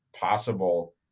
possible